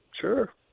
Sure